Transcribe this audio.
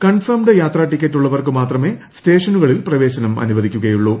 കൺഫോമ്സ്കായാത്രാ ticket ഉള്ളവർക്ക് മാത്രമേ സ്റ്റേഷനുകളിൽ പ്രവേശിന്ട് അനുവദിക്കുകയുള്ളൂ